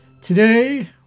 Today